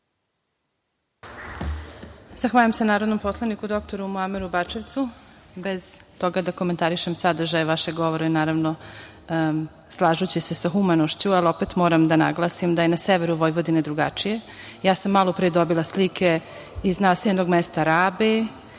Zahvaljujem se narodnom poslaniku dr Muameru Bačevcu, bez toga da komentarišem sadržaj vašeg govora, naravno slažući se sa humanošću, ali opet moram da naglasim da je na severu Vojvodine drugačije. Malopre sam dobila slike iz naseljenog mesta Rabe